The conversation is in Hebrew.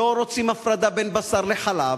לא רוצים הפרדה בין בשר לחלב,